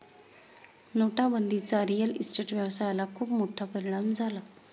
नोटाबंदीचा real estate व्यवसायाला खूप मोठा परिणाम झाला